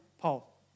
Paul